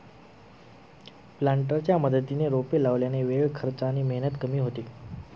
प्लांटरच्या मदतीने रोपे लावल्याने वेळ, खर्च आणि मेहनत कमी होते